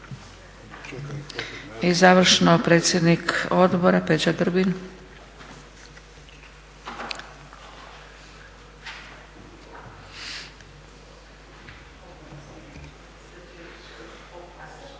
I završno predsjednik odbora, Peđa Grbin.